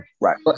right